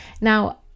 Now